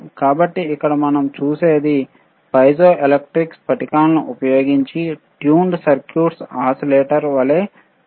కాబట్టి ఇక్కడ మనం పైజోఎలెక్ట్రిక్ స్ఫటికాలను ఉపయోగించి ట్యూన్డ్ సర్క్యూట్ ఓసిలేటర్ వలె రెజోనెOట్ ట్యాంక్ ను చూస్తాము